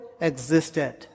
existed